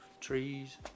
trees